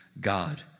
God